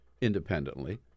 independently